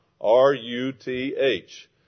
R-U-T-H